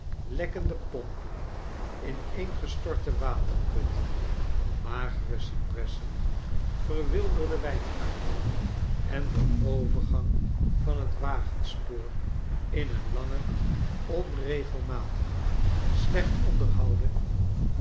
lekkende pompen ineeoogegestorte water putten magere cypressen ver wilder de wijngaarden en de overgang van het wagenspoor in een langen onregelmatigeri slecht onderhouden